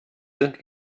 sind